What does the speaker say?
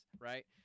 right